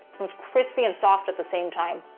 it's crispy and soft at the same time.